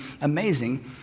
amazing